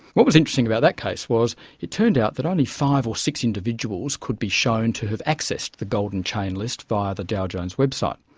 what was interesting about that case was it turned out that only five or six individuals could be shown to have accessed the golden chain list via the dow jones website.